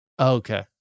Okay